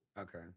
Okay